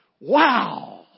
Wow